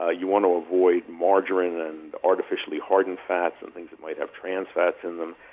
ah you want to avoid margarine and artificially hardened fats, and things that might have trans fats in them.